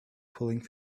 pulling